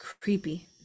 creepy